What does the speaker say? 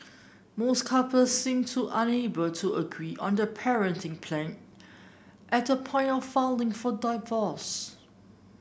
most couple seemed to unable to agree on the parenting plan at the point of falling for divorce